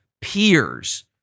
peers